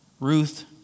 Ruth